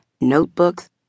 notebooks